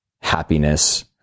happiness